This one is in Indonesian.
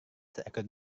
seekor